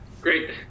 great